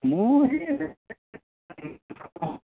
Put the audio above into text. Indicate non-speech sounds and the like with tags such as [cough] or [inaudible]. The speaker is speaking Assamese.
মোৰ সেই [unintelligible]